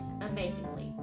amazingly